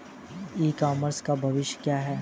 ई commerce का भविष्य क्या है?